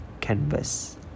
canvas